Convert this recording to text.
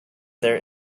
there